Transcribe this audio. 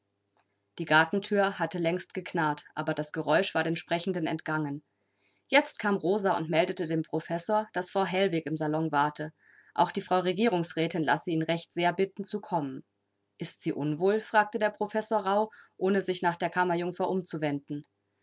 die gartenthür hatte längst geknarrt aber das geräusch war den sprechenden entgangen jetzt kam rosa und meldete dem professor daß frau hellwig im salon warte auch die frau regierungsrätin lasse ihn recht sehr bitten zu kommen ist sie unwohl fragte der professor rauh ohne sich nach der kammerjungfer umzuwenden